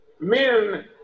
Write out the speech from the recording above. men